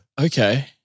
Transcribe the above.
Okay